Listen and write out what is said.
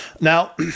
now